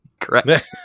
Correct